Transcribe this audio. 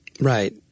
Right